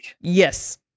Yes